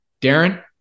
Darren